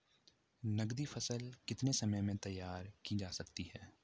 नगदी फसल कितने समय में तैयार की जा सकती है?